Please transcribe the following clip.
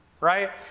right